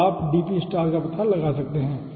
तो आप dp का पता लगा सकते हैं